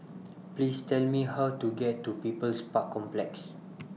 Please Tell Me How to get to People's Park Complex